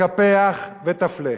וקפח וְתַפְלֶה